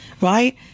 right